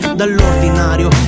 dall'ordinario